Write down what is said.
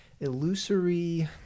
illusory